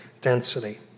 density